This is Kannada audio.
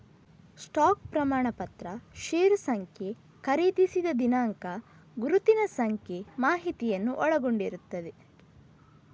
ಸ್ಟಾಕ್ ಪ್ರಮಾಣಪತ್ರ ಷೇರು ಸಂಖ್ಯೆ, ಖರೀದಿಸಿದ ದಿನಾಂಕ, ಗುರುತಿನ ಸಂಖ್ಯೆ ಮಾಹಿತಿಯನ್ನ ಒಳಗೊಂಡಿರ್ತದೆ